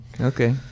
Okay